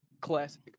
Classic